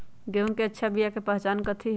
गेंहू के अच्छा बिया के पहचान कथि हई?